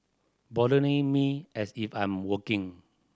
bothering me as if I'm working